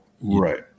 Right